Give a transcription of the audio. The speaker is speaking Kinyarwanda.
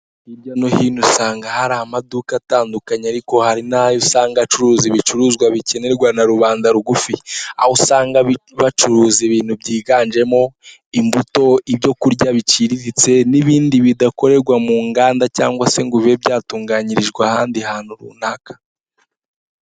Hirya no hino usanga hari amaduka atandukanye ariko hari n'ayo usanga acuruza ibicuruzwa bikenerwa na rubanda rugufi, aho usanga bacuruza ibintu byiganjemo imbuto ibyokurya biciriritse n'ibindi bidakorerwa mu nganda cyangwa se ngo bibe byatunganyirijwe ahandi hantu runaka.